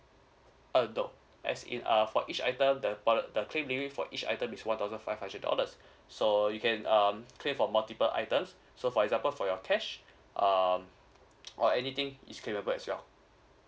uh no as in uh for each item the poli~ the claim release for each item is one thousand five hundred dollars so you can um claim for multiple items so for example for your cash um or anything is curable as well